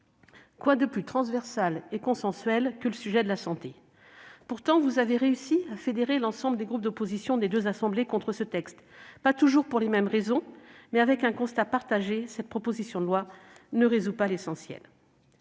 sujet plus transversal et consensuel que la santé ? Pourtant, vous avez réussi à fédérer l'ensemble des groupes d'opposition des deux assemblées contre ce texte, pas toujours pour les mêmes raisons, mais avec un constat partagé : cette proposition de loi ne résout pas l'essentiel.